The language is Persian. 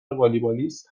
والیبالیست